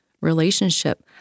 relationship